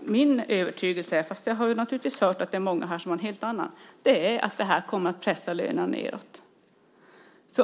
min övertygelse - fast jag har naturligtvis hört att många här har en helt annan - att detta kommer att pressa lönerna nedåt.